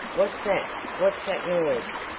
what's that? what's that noise?